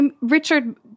Richard